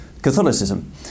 Catholicism